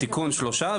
בתיקון שלושה,